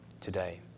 today